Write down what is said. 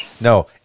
No